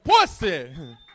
pussy